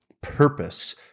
purpose